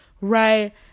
Right